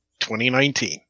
2019